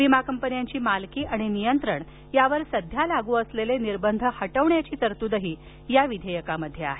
विमा कंपन्यांची मालकी आणि नियंत्रण यावर सध्या लागू असलेले निर्बध हटविण्याची तरतूदही त्यामध्ये आहे